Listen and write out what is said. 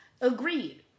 Agreed